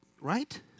right